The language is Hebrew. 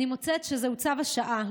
אני מוצאת שזהו צו השעה,